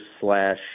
slash